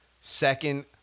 Second